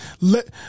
Let